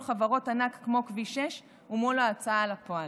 חברות ענק כמו כביש 6 ומול ההוצאה לפועל.